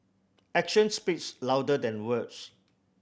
action speaks louder than words